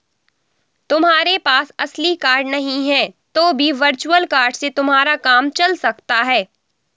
तुम्हारे पास असली कार्ड नहीं है तो भी वर्चुअल कार्ड से तुम्हारा काम चल सकता है